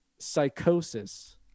Psychosis